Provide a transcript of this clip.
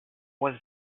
was